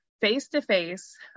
face-to-face